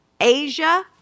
Asia